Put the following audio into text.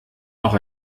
noch